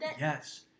Yes